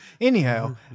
Anyhow